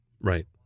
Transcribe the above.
Right